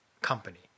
company